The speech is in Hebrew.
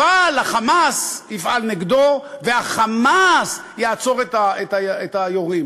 אבל ה"חמאס" יפעל נגדו וה"חמאס" יעצור את היורים.